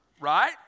Right